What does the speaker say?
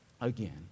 again